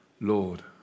Lord